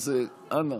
אז אנא.